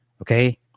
okay